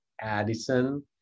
Addison